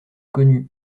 connue